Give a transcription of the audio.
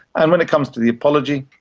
and when it comes to the apology,